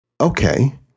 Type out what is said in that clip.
Okay